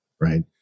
right